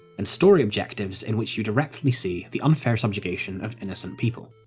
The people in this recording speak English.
and story objectives in which you directly see the unfair subjugation of innocent people.